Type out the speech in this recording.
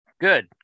good